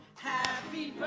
happy